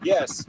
Yes